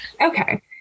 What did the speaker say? Okay